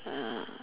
uh